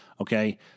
okay